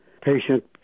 patient